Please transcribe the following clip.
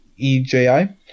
EJI